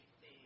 see